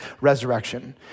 resurrection